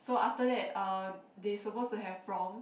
so after that uh they supposed to have prom